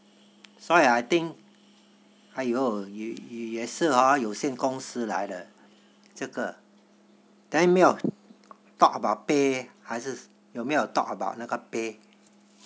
所以 I think !eeyer! 也是 hor 有限公司来的这个 then 没有 talk about pay 还是有没有 talk about 那个 pay